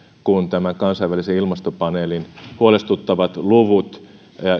kun kansainvälisen ilmastopaneelin huolestuttavat luvut